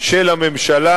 של הממשלה,